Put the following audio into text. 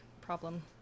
problem